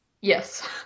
Yes